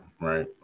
right